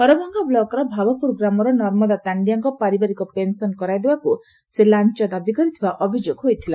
ହରଭଂଗା ବୁକର ଭାବପୁର ଗ୍ରାମର ନର୍ମଦା ତାଣ୍ଡିଆଙ୍କ ପାରିବାରିକ ପେନସନ କରାଇଦେବାକୁ ସେ ଲାଞ ଦାବୀ କରିଥିବା ନେଇ ଅଭିଯୋଗ ହୋଇଥିଲା